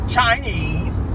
Chinese